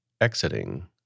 exiting